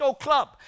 club